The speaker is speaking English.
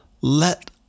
let